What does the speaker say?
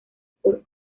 por